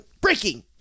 Breaking